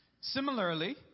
Similarly